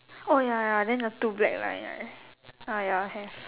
oh ya then the two black line right ah ya have